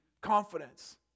confidence